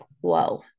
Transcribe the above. Whoa